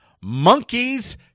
monkeys